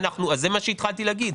זה מה שהתחלתי להגיד.